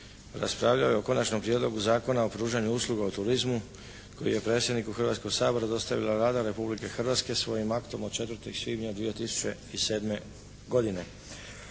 raspravljao je o Konačnom prijedlogu Zakona o pružanju usluga u turizmu koji je predsjedniku Hrvatskog sabora dostavila Vlada Republike Hrvatske svojim aktom od 4. svibnja 2007. godine.